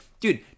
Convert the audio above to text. Dude